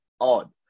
odd